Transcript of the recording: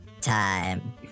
time